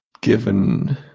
Given